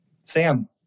Sam